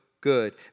good